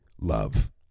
love